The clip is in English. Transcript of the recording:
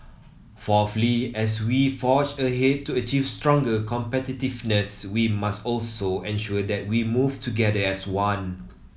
fourthly as we forge ahead to achieve stronger competitiveness we must also ensure that we move together as one